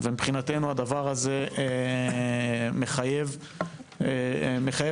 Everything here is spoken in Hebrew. ומבחינתנו הדבר הזה מחייב פתרון.